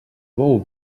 bou